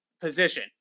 position